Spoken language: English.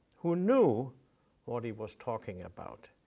who knew what he was talking about,